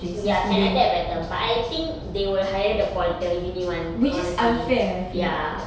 ya can adapt better but I think they will hire the pol~ the uni [one] honestly